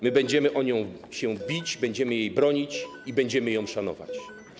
My będziemy się o nią bić, będziemy jej bronić i będziemy ją szanować.